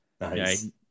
Nice